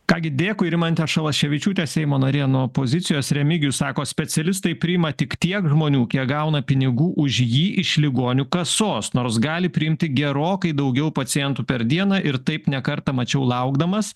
ką gi dėkui rimante šalaševičiūte seimo narė nuo opozicijos remigijus sako specialistai priima tik tiek žmonių kiek gauna pinigų už jį iš ligonių kasos nors gali priimti gerokai daugiau pacientų per dieną ir taip ne kartą mačiau laukdamas